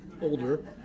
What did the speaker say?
older